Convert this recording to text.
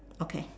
okay